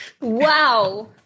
Wow